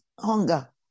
hunger